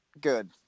Good